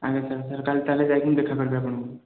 ଆଜ୍ଞା sir sir କାଲି ତା'ହେଲେ ଯାଇକି ମୁଁ ଦେଖା କରିବି ଆପଣଙ୍କୁ